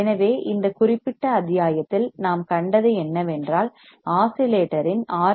எனவே இந்த குறிப்பிட்ட அத்தியாயத்தில் நாம் கண்டது என்னவென்றால் ஆஸிலேட்டரின் ஆர்